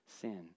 sin